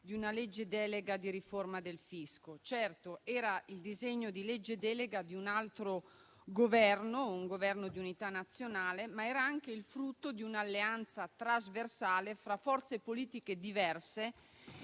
di legge delega di riforma del fisco; certo, era il disegno di legge delega di un altro Esecutivo, di un Governo di unità nazionale, ma era anche il frutto di un'alleanza trasversale fra forze politiche diverse